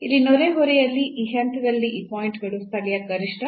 ಇಲ್ಲಿ ನೆರೆಹೊರೆಯಲ್ಲಿ ಈ ಹಂತದಲ್ಲಿ ಈ ಪಾಯಿಂಟ್ ಗಳು ಸ್ಥಳೀಯ ಗರಿಷ್ಠ